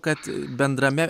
kad bendrame